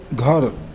घर